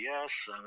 yes